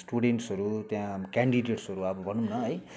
स्टुडेन्ट्सहरू त्यहाँ क्यानडिडेट्सहरू अब भनुँ न है